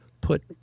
put